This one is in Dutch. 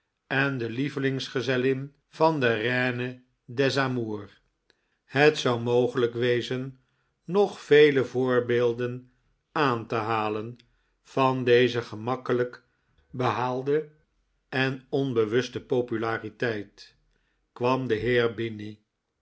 en de lievelingsgezellin van de reine des amours het zou mogelijk wezen nog vele voorbeelden aan te halen van deze gemakkelijk behaalde en onbewuste populariteit kwatn de